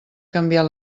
canviar